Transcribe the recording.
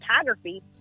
photography